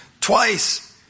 twice